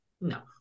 No